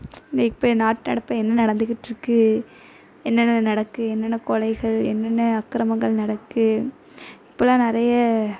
இந்த இப்பயோ நாட்டு நடப்பில் என்ன நடந்துக்கிட்ருக்குது என்னென்னன நடக்குது என்னென்ன கொலைகள் என்னென்ன அக்கிரமங்கள் நடக்குது இப்போலாம் நிறைய